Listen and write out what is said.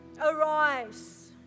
Arise